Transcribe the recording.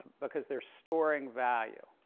because they're storing value.